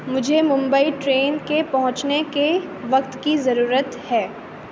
مجھے ممبئی ٹرین کے پہنچنے کے وقت کی ضرورت ہے